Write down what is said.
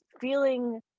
feeling